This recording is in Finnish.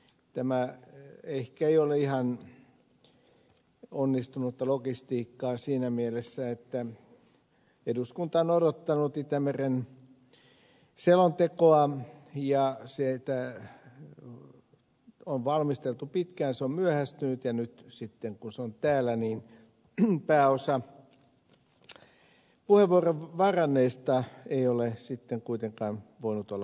tämä ehkä ei ole ihan onnistunutta logistiikkaa siinä mielessä että eduskunta on odottanut itämeren selontekoa ja sitä on valmisteltu pitkään se on myöhästynyt ja nyt sitten kun se on täällä pääosa puheenvuoron varanneista ei ole sitten kuitenkaan voinut olla paikalla